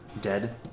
Dead